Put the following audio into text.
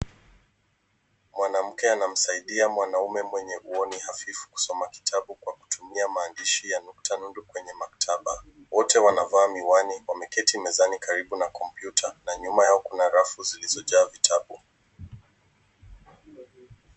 Mwanamke anamsaidia mwanaume mwenye huoni hafifu kusoma kitabu kwa kutumia maandishi nundu kwenye maktaba, wanavaa miwani wameketi mezani karibu na kompyuta na nyuma kuna rafu zilizojaa vitabu.